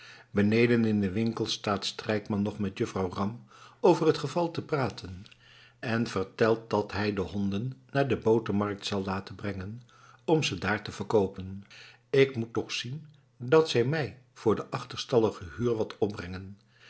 beneden in den winkel staat strijkman nog met juffrouw ram over het geval te praten en vertelt dat hij de honden naar de botermarkt zal laten brengen om ze daar te verkoopen k moet toch zien dat zij mij voor de achterstallige huur wat opbrengen